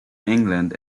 england